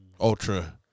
ultra